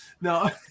No